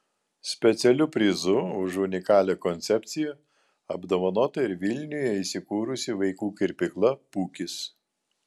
specialiu prizu už unikalią koncepciją apdovanota ir vilniuje įsikūrusi vaikų kirpykla pukis